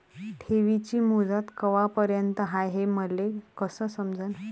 ठेवीची मुदत कवापर्यंत हाय हे मले कस समजन?